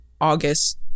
August